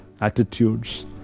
attitudes